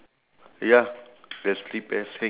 ya sand area